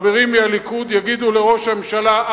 חברים מהליכוד יגידו לראש הממשלה,